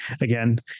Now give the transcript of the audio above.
again